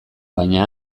baina